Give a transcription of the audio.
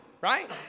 right